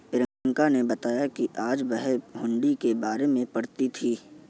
प्रियंका ने बताया कि आज वह हुंडी के बारे में पढ़ी थी